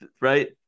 right